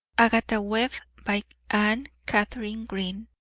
agatha webb by anna katharine green